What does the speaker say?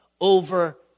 over